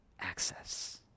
access